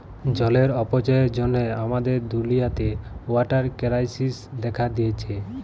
জলের অপচয়ের জ্যনহে আমাদের দুলিয়াতে ওয়াটার কেরাইসিস্ দ্যাখা দিঁয়েছে